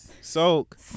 Soak